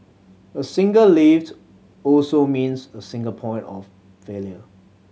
a single lift also means a single point of failure